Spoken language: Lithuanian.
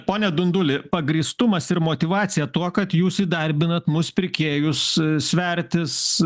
pone dunduli pagrįstumas ir motyvacija tuo kad jūs įdarbinat mus pirkėjus svertis